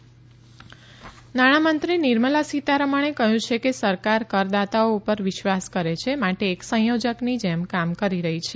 નાણામંત્રી કરદાતા નાણામંત્રી નિર્મલા સીતારમણે કહ્યું છે કે સરકાર કરદાતાઓ પર વિશ્વાસ કરે છે માટે એક સંયોજકની જેમ કામ કરી રહી છે